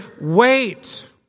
wait